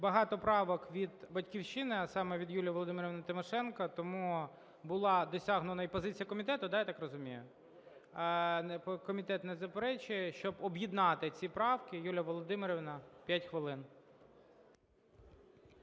Багато правок від "Батьківщини", а саме від Юлії Володимирівни Тимошенко. Тому була досягнена і позиція комітету, да, я так розумію? Комітет не заперечує, щоб об'єднати ці правки. Юлія Володимирівна, 5 хвилин.